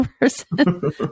person